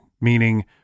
Meaning